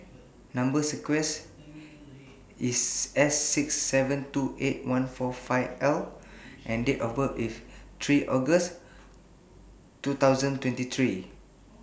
Number sequence IS S six seven two eight one four five L and Date of birth IS three August two thousand twenty three